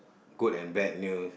good and bad news